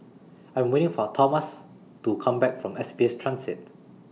I Am waiting For Tomas to Come Back from S B S Transit